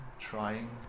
trying